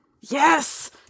yes